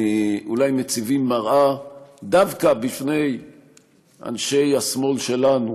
אולי מציבים מראה דווקא בפני אנשי השמאל שלנו